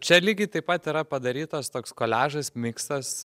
čia lygiai taip pat yra padarytas toks koliažas miksas